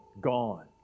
gone